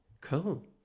Cool